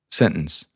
sentence